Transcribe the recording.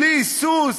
בלי היסוס,